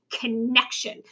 connection